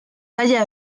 haya